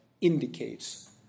indicates